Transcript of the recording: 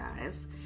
guys